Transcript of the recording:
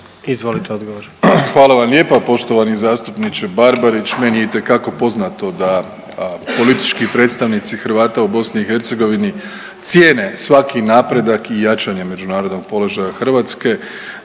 Andrej (HDZ)** Hvala vam lijepa poštovani zastupniče Barbarić. Meni je itekako poznato da politički predstavnici Hrvata u BiH cijene svaki napredak i jačanje međunarodnog položaja Hrvatske